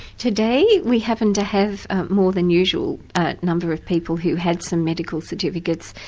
today we happened to have a more than usual number of people who had some medical certificates,